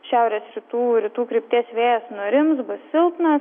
šiaurės rytų rytų krypties vėjas nurims bus silpnas